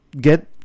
get